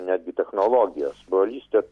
netgi technologijas brolystė